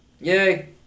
Yay